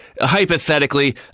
hypothetically